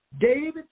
David